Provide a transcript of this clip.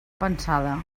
pensada